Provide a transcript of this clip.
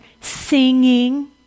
singing